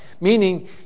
Meaning